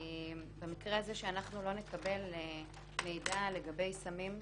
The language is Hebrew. במקרה הזה שאנחנו לא נקבל מידע לגבי סמים,